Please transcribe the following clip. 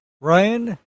Ryan